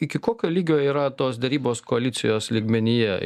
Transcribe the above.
iki kokio lygio yra tos derybos koalicijos lygmenyje